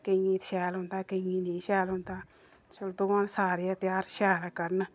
केइयें ई शैल औंदा केइयें ई निं शैल औंदा चलो भगवान सारे गै ध्यार शैल करन